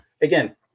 Again